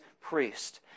priest